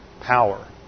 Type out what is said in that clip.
power